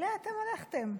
עליה אתם הלכתם.